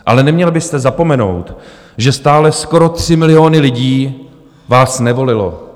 Ale neměl byste zapomenout, že stále skoro tři miliony vás nevolily.